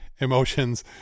emotions